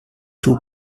two